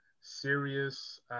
serious